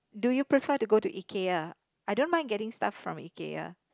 do you prefer to go to Ikea I don't mind getting stuff from Ikea